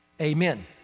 Amen